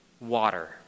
water